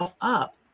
up